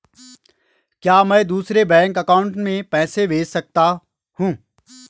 क्या मैं दूसरे बैंक अकाउंट में पैसे भेज सकता हूँ?